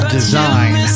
Design